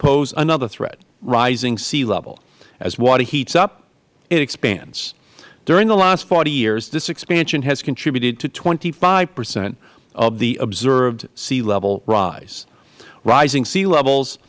pose another threat rising sea level as water heats up it expands during the last forty years this expansion has contributed to twenty five percent of the observed sea level rise rising sea levels